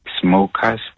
smokers